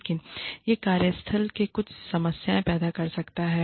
लेकिन यह कार्यस्थल में कुछ समस्याएं पैदा कर सकता है